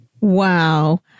Wow